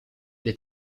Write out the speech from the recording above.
dei